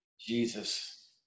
Jesus